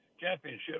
championship